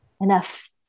enough